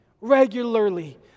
regularly